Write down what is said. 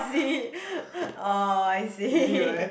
see oh I see